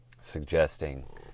suggesting